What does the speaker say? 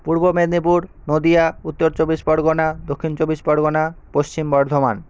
Purba Medinipur Nadia Uttar Chabbish Pargana Dakshin Chabbish Pargana Paschim Bardhaman